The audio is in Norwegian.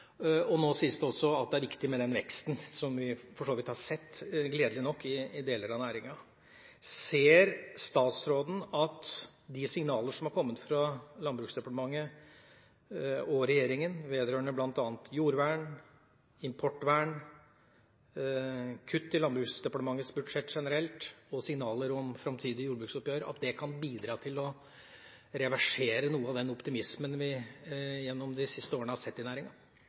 og nå sies det også at det er viktig med den veksten som vi for så vidt har sett – gledelig nok – i deler av næringa. Ser statsråden at de signaler som har kommet fra Landbruksdepartementet og regjeringa vedrørende bl.a. jordvern, importvern, kutt i Landbruksdepartementets budsjett generelt og signaler om framtidige jordbruksoppgjør, kan bidra til å reversere noe av den optimismen vi gjennom de siste årene har sett i næringa?